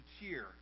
cheer